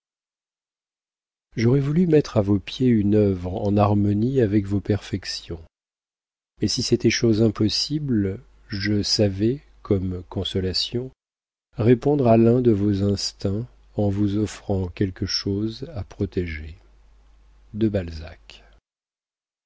j'aurais voulu mettre à vos pieds une œuvre en harmonie avec vos perfections mais si c'était chose impossible je savais comme consolation répondre à l'un de vos instincts en vous offrant quelque chose à protéger de